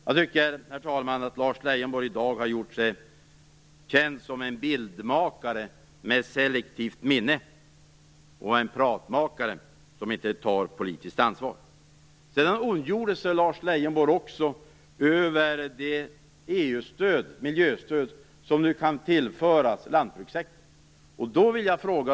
Jag tycker, herr talman, att Lars Leijonborg i dag har gjort sig känd som en bildmakare med selektivt minne och en pratmakare som inte tar politiskt ansvar. Lars Leijonborg ondgjorde sig också över det miljöstöd från EU som kan tillföras lantbrukssektorn.